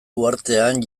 uhartean